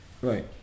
right